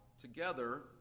together